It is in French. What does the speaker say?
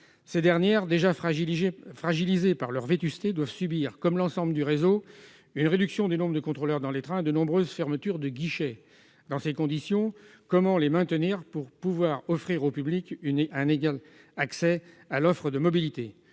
Ces dernières, déjà fragilisées par leur vétusté, doivent subir, comme l'ensemble du réseau, une réduction du nombre de contrôleurs dans les trains et de nombreuses fermetures de guichets. Dans ces conditions, comment pouvoir offrir au public un égal accès à l'offre de mobilités ?